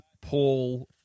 Paul